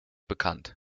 bekannt